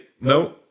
no